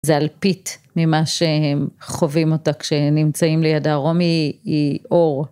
זה אלפית ממה שהם חווים אותה כשנמצאים לידה. רומי היא אור.